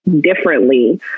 differently